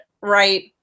right